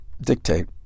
dictate